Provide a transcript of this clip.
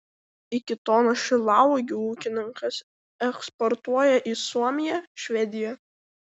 iki tonos šilauogių ūkininkas eksportuoja į suomiją švediją